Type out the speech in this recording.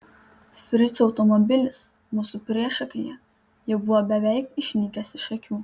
frico automobilis mūsų priešakyje jau buvo beveik išnykęs iš akių